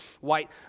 white